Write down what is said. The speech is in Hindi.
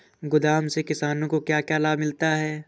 गोदाम से किसानों को क्या क्या लाभ मिलता है?